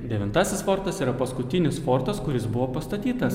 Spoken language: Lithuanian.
devintasis fortas yra paskutinis fortas kuris buvo pastatytas